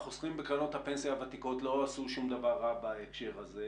החוסכים בקרנות הפנסיה הוותיקות לא עשו שום דבר רע בהקשר הזה,